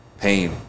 pain